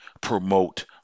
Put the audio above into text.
promote